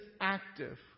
active